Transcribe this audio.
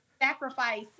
sacrifice